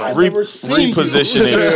repositioning